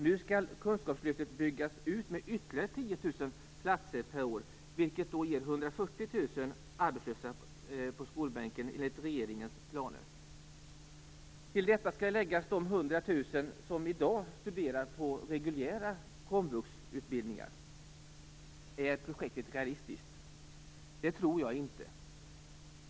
Nu skall kunskapslyftet byggas ut med ytterligare 10 000 platser per år, vilket ger 140 000 arbetslösa på skolbänken, enligt regeringens planer. Till detta skall de Är projektet realistiskt? Jag tror inte det.